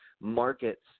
markets